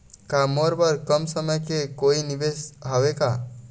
का मोर बर कम समय के कोई निवेश हावे का?